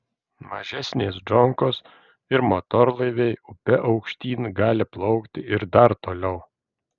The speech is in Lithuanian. mažesnės džonkos ir motorlaiviai upe aukštyn gali plaukti ir dar toliau